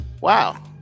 Wow